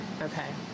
okay